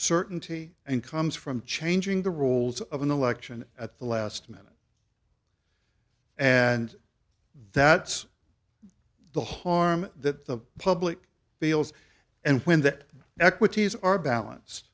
certainty and comes from changing the rules of an election at the last minute and that's the harm that the public feels and when that equities are balance